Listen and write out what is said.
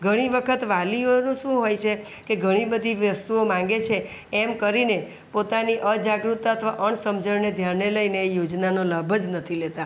ઘણી વખત વાલીઓનું શું હોય છે કે ઘણી બધી વસ્તુઓ માગે છે એમ કરીને પોતાની અજાગ્રૃતતા અથવા અણસમજણને ધ્યાને લઈને યોજનાનો લાભ જ નથી લેતા